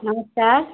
नमस्कार